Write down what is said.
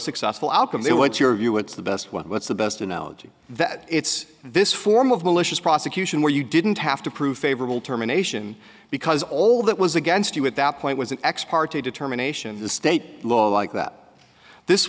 successful outcome they what's your view what's the best what's the best analogy that it's this form of malicious prosecution where you didn't have to prove favorable terminations because all that was against you at that point was an ex parte determination the state law like that this